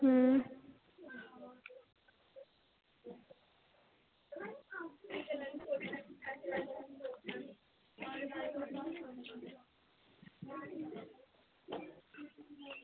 अं